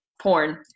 porn